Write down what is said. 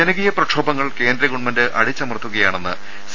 ജനകീയ പ്രക്ഷോഭങ്ങൾ കേന്ദ്ര ഗവൺമെന്റ് അടിച്ചമർത്തുകയാണെന്ന് സി